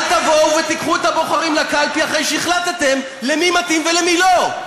אל תבואו ותיקחו את הבוחרים לקלפי אחרי שהחלטתם למי מתאים ולמי לא.